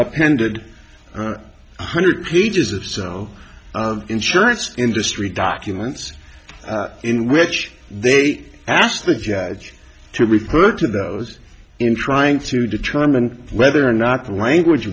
appended one hundred pages of snow insurance industry documents in which they asked the judge to refer to those in trying to determine whether or not the language